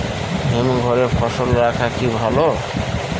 হিমঘরে ফসল রাখা কি ভালো?